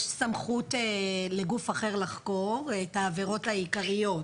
סמכות לגוף אחר לחקור את העבירות העיקריות.